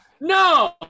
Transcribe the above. No